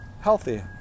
healthy